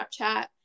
Snapchat